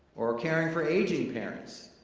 or caring for aging parents.